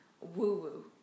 woo-woo